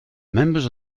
members